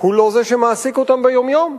והוא לא זה שמעסיק אותם ביום-יום.